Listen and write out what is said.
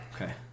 okay